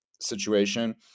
situation